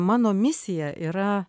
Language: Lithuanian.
mano misija yra